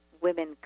women